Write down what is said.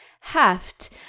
heft